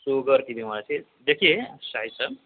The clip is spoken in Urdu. شوگر کی بیماری دیکھیے شاہد سر